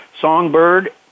Songbird